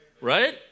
Right